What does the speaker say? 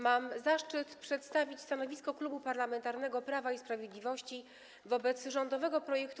Mam zaszczyt przedstawić stanowisko Klubu Parlamentarnego Prawo i Sprawiedliwość wobec rządowego projektu